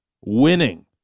winning